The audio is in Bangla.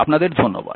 আপনাদের ধন্যবাদ